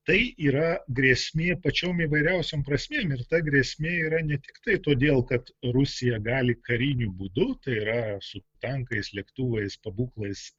tai yra grėsmė pačiom įvairiausiom prasmėm ir ta grėsmė yra ne tiktai todėl kad rusija gali kariniu būdu tai yra su tankais lėktuvais pabūklais